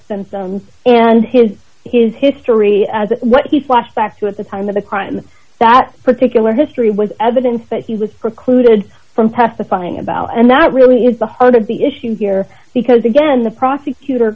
symptoms and his his history as what he flashed back to at the time of the crime that particular history was evidence that he was precluded from testifying about and that really is the heart of the issue here because again the prosecutor